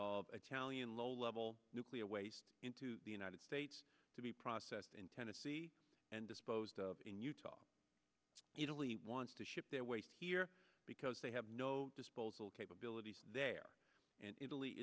of italian low level nuclear waste into the united states to be processed in tennessee and disposed of in utah italy wants to ship their waste here because they have no disposal capabilities there and italy